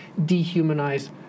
dehumanize